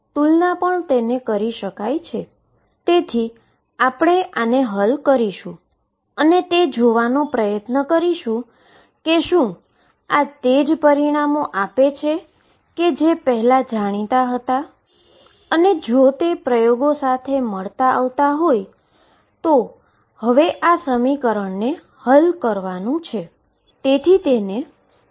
ચાલો હવે આપણે તેને ઓરીજીનલ સમીકરણ એટલે કે સાચા શ્રોડિંજર સમીકરણમાં કિંમત મુકીએ અને જોઈએ કે જવાબ શું આવે છે